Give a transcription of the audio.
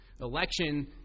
Election